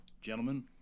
gentlemen